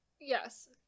Yes